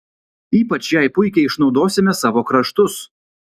ypač jai puikiai išnaudosime savo kraštus